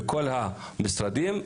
לכל המשרדים.